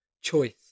choice